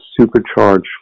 supercharged